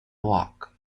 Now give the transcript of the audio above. walk